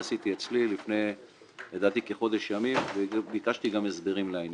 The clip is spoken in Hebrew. לפני כחודש ימים וביקשתי גם הסברים לעניין.